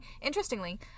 Interestingly